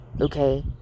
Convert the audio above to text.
Okay